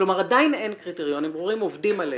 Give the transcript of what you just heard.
כלומר עדיין אין קריטריונים ברורים, עובדים עליהם.